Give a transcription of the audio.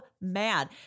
mad